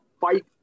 fight